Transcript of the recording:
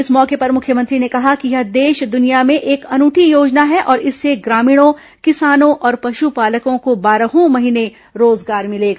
इस मौके पर मुख्यमंत्री ने कहा कि यह देश दुनिया में एक अनूठी योजना है और इससे ग्रामीणों किसानों और पश्पालकों को बारहों महीने रोजगार मिलेगा